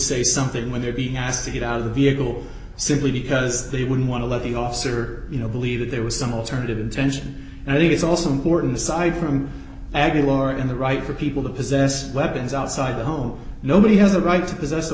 say something when they're being asked to get out of the vehicle simply because they would want to let the officer you know believe that there was some alternative intention and i think it's also important aside from aguilar in the right for people to possess weapons outside the home nobody has the right to